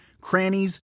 crannies